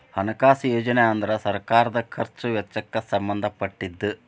ಹಣಕಾಸು ಯೋಜನೆ ಅಂದ್ರ ಸರ್ಕಾರದ್ ಖರ್ಚ್ ವೆಚ್ಚಕ್ಕ್ ಸಂಬಂಧ ಪಟ್ಟಿದ್ದ